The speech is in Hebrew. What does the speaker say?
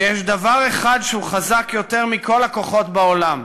שיש דבר אחד שהוא חזק מכל הכוחות בעולם,